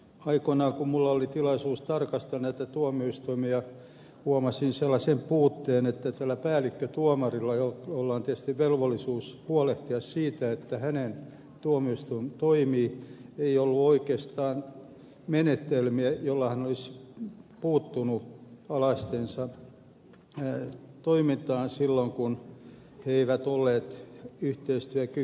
aikoinaan kun minulla oli tilaisuus tarkastaa näitä tuomioistuimia huomasin sellaisen puutteen että tällä päällikkötuomarilla jolla on tietysti velvollisuus huolehtia siitä että hänen tuomioistuimensa toimii ei ollut oikeastaan menetelmiä joilla hän olisi puuttunut alaistensa toimintaan silloin kun he eivät olleet yhteistyökykyisiä